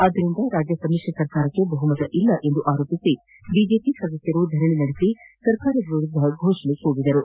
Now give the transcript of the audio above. ಆದ್ದರಿಂದ ರಾಜ್ಯ ಸಮ್ಮಿಶ್ರ ಸರ್ಕಾರಕ್ಕೆ ಬಹುಮತವಿಲ್ಲ ಎಂದು ಆರೋಪಿಸಿ ಬಿಜೆಪಿ ಸದಸ್ಯರು ಧರಣಿ ನಡೆಸಿ ಸರ್ಕಾರದ ವಿರುದ್ದ ಘೋಷಣೆ ಕೂಗಿದರು